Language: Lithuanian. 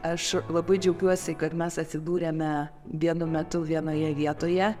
aš labai džiaugiuosi kad mes atsidūrėme vienu metu vienoje vietoje